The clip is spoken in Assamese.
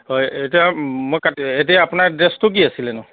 হয় এতিয়া মই কাটি এতিয়া আপোনাৰ এড্ৰেছটো কি আছিলেনো